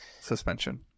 suspension